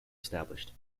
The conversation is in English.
established